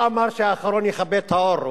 אמרו לו: 100 שקל עולה קילו חלבה?